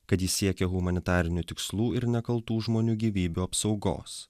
kad jis siekia humanitarinių tikslų ir nekaltų žmonių gyvybių apsaugos